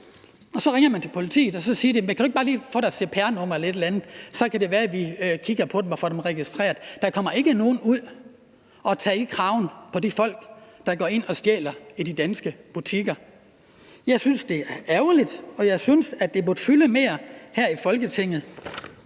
Man ringer så til politiet, som siger: Kan du ikke bare lige få deres cpr-numre eller et eller andet, så kan det være, at vi kigger på dem og får dem registreret? Men der kommer ikke nogen ud og tager fat i kraven på de folk, der går ind og stjæler i de danske butikker. Jeg synes, det er ærgerligt, og jeg synes, at det burde fylde mere her i Folketinget,